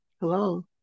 Hello